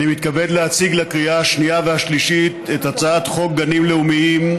אני מתכבד להציג לקריאה השנייה והשלישית את הצעת חוק גנים לאומיים,